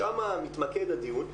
שם מתמקד הדיון,